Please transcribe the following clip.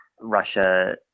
Russia